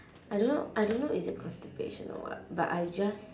I don't know I don't know is it constipation or what but I just